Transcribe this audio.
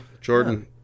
Jordan